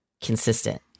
consistent